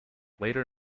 later